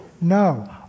No